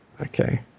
Okay